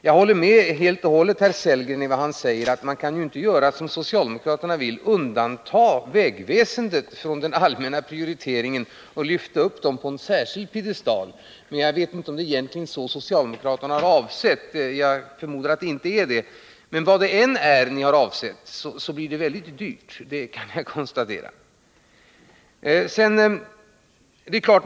Jag håller helt och hållet med herr Sellgren när han säger att man inte kan göra som socialdemokraterna vill — undanta vägväsendet från den allmänna prioriteringen och lyfta upp det på en särskild piedestal. Jag vet egentligen inte heller om det är vad socialdemokraterna avsett. Jag förmodar att det inte är det. Vad det än är ni har avsett, så blir det väldigt dyrt — det kan jag konstatera.